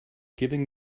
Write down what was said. giving